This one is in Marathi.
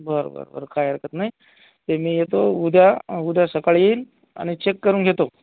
बरं बरं बरं काही हरकत नाही ते मी येतो उद्या उद्या सकाळी येईन आणि चेक करून घेतो